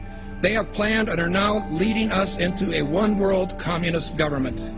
they have planned and are now leading us into a one world communist government.